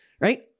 right